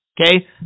okay